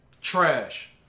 trash